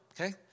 Okay